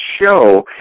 show